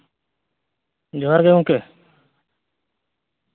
ᱡᱚᱦᱟᱨ ᱜᱮ ᱜᱚᱢᱠᱮ